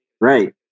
Right